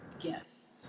Yes